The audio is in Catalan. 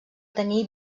tenir